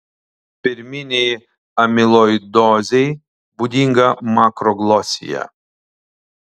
pirminei amiloidozei būdinga makroglosija